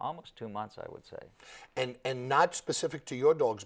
almost two months i would say and not specific to your dogs